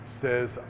says